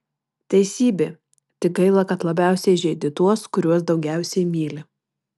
teisybė tik gaila kad labiausiai žeidi tuos kuriuos daugiausiai myli